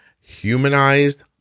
humanized